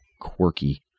quirky